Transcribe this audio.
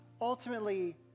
Ultimately